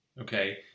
okay